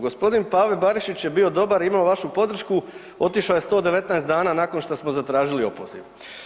Gospodin Pave Barišić je bio dobar i imao vašu podršku, otišao je 119 dana nakon što smo zatražili opoziv.